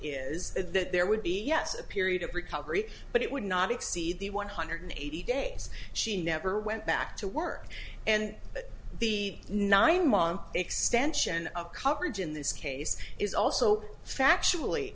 is that there would be yes a period of recovery but it would not exceed the one hundred eighty days she never went back to work and that the nine month extension of coverage in this case is also factually